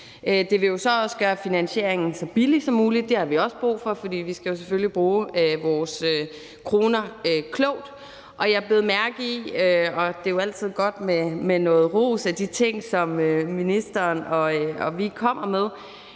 Det vil så også gøre finansieringen så billig som muligt, og det har vi også brug for, for vi skal selvfølgelig bruge vores kroner klogt. Det er jo altid godt med noget ros af de ting, som ministeren og vi kommer med,